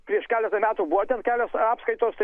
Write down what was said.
prieš keletą metų buvo ten kelios apskaitos tai